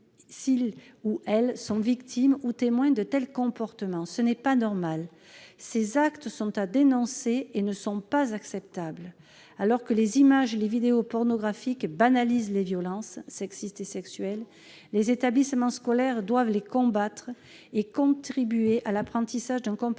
Si jamais ils sont victimes ou témoins de tels comportements, ils sauront que ces actes sont à dénoncer et ne sont pas acceptables. Alors que les images et les vidéos pornographiques banalisent les violences sexistes et sexuelles, les établissements scolaires doivent combattre celles-ci et contribuer à l'apprentissage d'un comportement